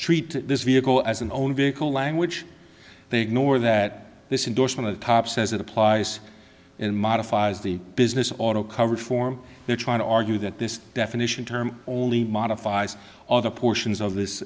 treat this vehicle as an owner vehicle language they ignore that this indorsement atop says it applies in modifies the business auto cover form they're trying to argue that this definition term only modifies all the portions of this